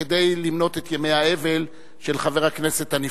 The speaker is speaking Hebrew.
כדי למנות את ימי האבל של חבר הכנסת הנפטר,